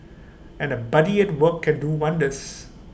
and A buddy at work can do wonders